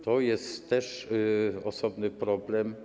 To jest też osobny problem.